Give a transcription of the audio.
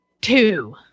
two